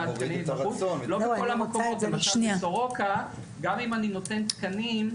לא בכל המקומות בסורוקה גם אם אני נותן תקנים,